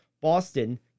Boston